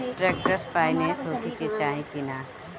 Tractor पाईनेस होखे के चाही कि ना?